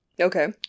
Okay